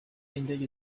indege